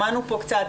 שמענו קצת.